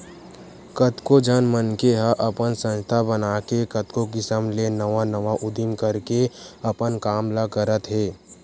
कतको झन मनखे मन ह अपन संस्था बनाके कतको किसम ले नवा नवा उदीम करके अपन काम ल करत हे